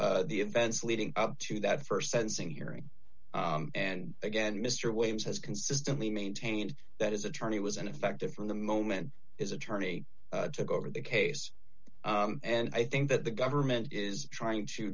is the events leading up to that st sensing hearing and again mr williams has consistently maintained that is attorney was ineffective from the moment is attorney took over the case and i think that the government is trying to